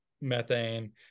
methane